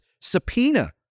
subpoena